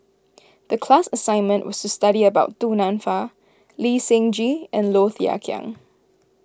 the class assignment was to study about Du Nanfa Lee Seng Gee and Low Thia Khiang